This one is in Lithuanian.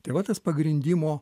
tai va tas pagrindimo